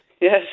Yes